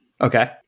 Okay